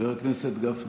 חבר הכנסת גפני,